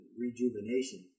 rejuvenation